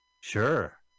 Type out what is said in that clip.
Sure